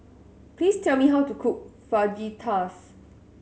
please tell me how to cook Fajitas